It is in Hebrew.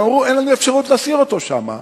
הם אמרו: אין לנו אפשרות לשים אותו שם,